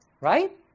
right